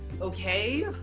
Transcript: okay